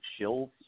shills